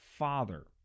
father